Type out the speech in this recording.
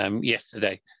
Yesterday